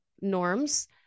norms